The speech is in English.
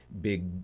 big